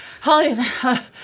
holidays